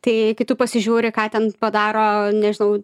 tai kai tu pasižiūri ką ten padaro nežinau